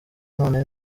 none